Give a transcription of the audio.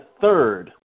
third